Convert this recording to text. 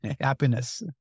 happiness